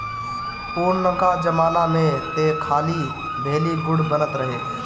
पुरनका जमाना में तअ खाली भेली, गुड़ बनत रहे